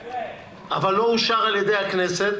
אבל לא אושר על ידי הכנסת,